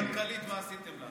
רצינו למנות מנכ"לית, מה עשיתם לה.